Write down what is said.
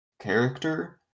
character